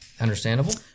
Understandable